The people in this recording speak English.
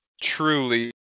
truly